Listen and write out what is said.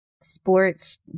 sports